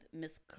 Miss